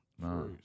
No